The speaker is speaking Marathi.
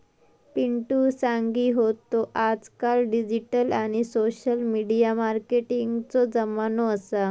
पिंटु सांगी होतो आजकाल डिजिटल आणि सोशल मिडिया मार्केटिंगचो जमानो असा